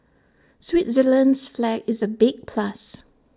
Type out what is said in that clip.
Switzerland's flag is A big plus